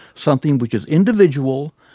something which is individual,